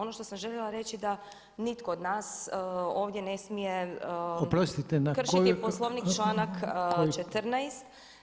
Ono što sam željela reći da nitko od nas ovdje ne smije kršiti Poslovnik, članak 14.